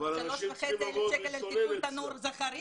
3,500 שקלים לתיקון תנור, זה חריג?